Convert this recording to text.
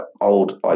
old